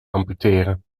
amputeren